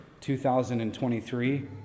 2023